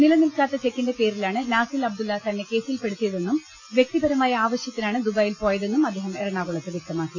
നിലനിൽക്കാത്ത ചെക്കിന്റെ പേരിലാണ് നാസിൽഅബ്ദുല്ല തന്നെ കേസിൽപെടുത്തിയതെന്നും വൃക്തിപര മായ ആവശ്യത്തിനാണ് ദുബായിൽ പോയതെന്നും അദ്ദേഹം എറണാകുളത്ത് വൃക്തമാക്കി